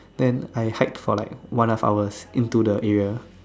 then I hike for like one and a half hour into the area